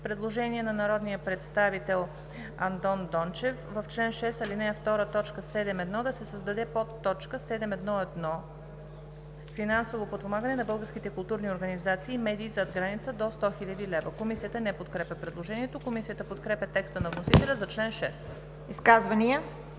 Предложение на народния представител Андон Дончев: „В чл. 6, ал. 2, т. 7.1 да се създаде подточка 7.1.1 „Финансово подпомагане на българските културни организации и медии зад граница“ – до 100 000 лв.“ Комисията не подкрепя предложението. Комисията подкрепя текста на вносителя за чл. 6. ПРЕДСЕДАТЕЛ